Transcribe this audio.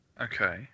Okay